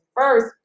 first